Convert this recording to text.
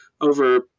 over